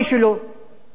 ערוץ משלו.